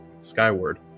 skyward